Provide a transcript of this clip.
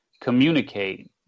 communicate